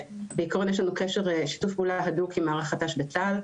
בעיקרון יש לנו שיתוף פעולה הדוק עם מערך הת"ש בצה"ל.